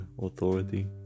authority